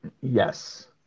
Yes